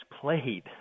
played